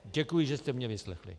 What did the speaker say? Děkuji, že jste mě vyslechli.